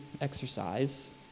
exercise